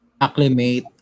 Acclimate